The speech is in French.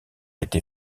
été